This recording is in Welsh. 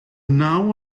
naw